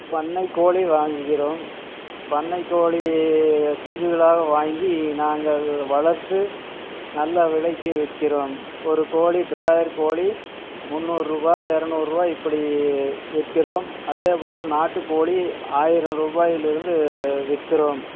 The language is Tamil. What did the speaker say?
பண்ணை கோழி வாங்குகிறோம் பண்ணை கோழி குஞ்சுகளாக வாங்கி நாங்கள் வளர்த்து நல்ல விலைக்கு விற்கிறோம் ஒரு கோழி பிராய்லர் கோழி முந்நூறுபா எரநூறுபா இப்படி விற்கிறோம் அதே போல் நாட்டு கோழி ஆயிரம் ருபாயிலிருந்து விற்கிறோம்